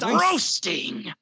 roasting